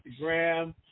Instagram